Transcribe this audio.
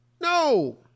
No